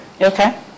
Okay